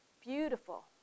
beautiful